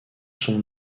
son